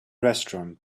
restaurant